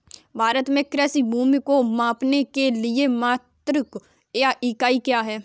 भारत में कृषि भूमि को मापने के लिए मात्रक या इकाई क्या है?